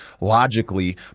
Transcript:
logically